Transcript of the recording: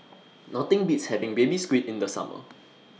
Nothing Beats having Baby Squid in The Summer